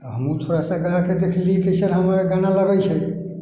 हमहूँ थोड़ा सा गाके देखलिए कइसन हमर गाना लगै छै